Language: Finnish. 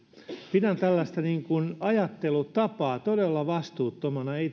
pidän tällaista ajattelutapaa todella vastuuttomana ei